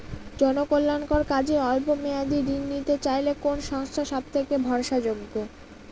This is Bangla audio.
জনকল্যাণকর কাজে অল্প মেয়াদী ঋণ নিতে চাইলে কোন সংস্থা সবথেকে ভরসাযোগ্য?